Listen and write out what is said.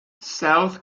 south